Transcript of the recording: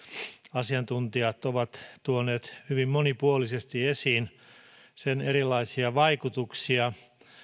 asiantuntijat ovat tuoneet hyvin monipuolisesti esiin sen erilaisia vaikutuksia